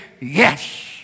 yes